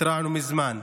התרענו מזמן,